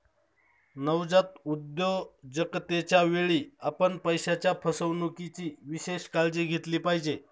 नवजात उद्योजकतेच्या वेळी, आपण पैशाच्या फसवणुकीची विशेष काळजी घेतली पाहिजे